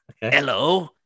Hello